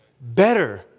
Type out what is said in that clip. better